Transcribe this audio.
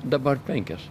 dabar penkias